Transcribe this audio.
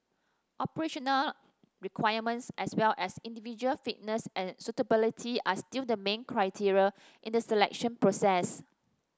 operational requirements as well as individual fitness and suitability are still the main criteria in the selection process